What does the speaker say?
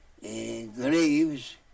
graves